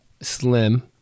Slim